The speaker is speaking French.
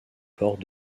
port